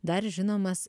dar žinomas